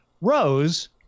rose